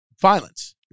violence